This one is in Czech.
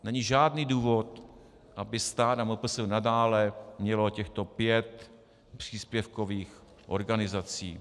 Není žádný důvod, aby stát, MPSV nadále mělo těchto pět příspěvkových organizací.